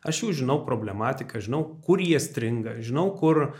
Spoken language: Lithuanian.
aš jau žinau problematiką žinau kur jie stringa žinau kur